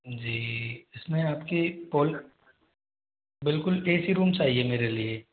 जी इसमें आपकी पोल बिल्कुल ए सी रूम चाहिए मेरे लिए